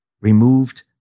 removed